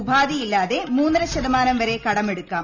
ഉപ്പാധിയില്ലാതെ മൂന്നര ശതമാനം വരെ കടമെടുക്കാം